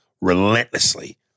relentlessly